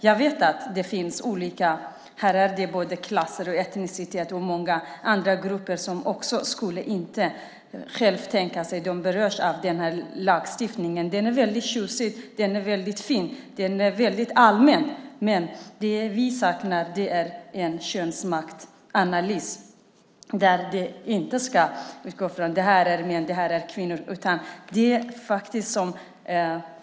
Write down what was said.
Jag vet att det finns olika både klasser och etniska grupper som själva inte skulle tänka sig att de berörs av den här lagstiftningen. Den är väldigt tjusig och fin och väldigt allmän, men det vi saknar är en könsmaktsanalys där man inte ska utgå från vad som är man och kvinna.